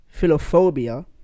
philophobia